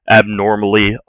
abnormally